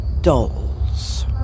dolls